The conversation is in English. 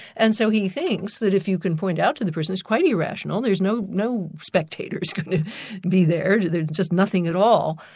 and so he thinks that if you can point out to the person it's quite irrational, there's no no spectators gonna be there, there's just nothing at all,